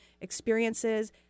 experiences